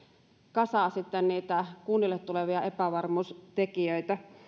kasaavat niitä kunnille tulevia epävarmuustekijöitä